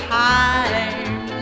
time